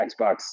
Xbox